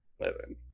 listen